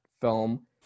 film